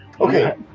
Okay